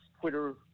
Twitter